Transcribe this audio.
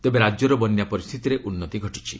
ତେବେ ରାଜ୍ୟର ବନ୍ୟା ପରିସ୍ଥିତିରେ ଉନ୍ନତି ଘଟିଛି